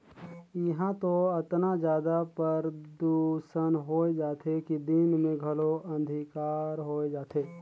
इहां तो अतना जादा परदूसन होए जाथे कि दिन मे घलो अंधिकार होए जाथे